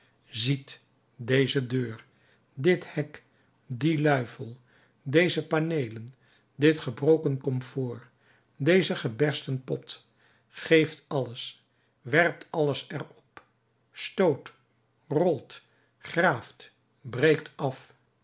ziet deze deur dit hek die luifel deze paneelen dit gebroken komfoor deze gebersten pot geeft alles werpt alles er op stoot rolt graaft breekt af